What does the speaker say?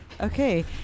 Okay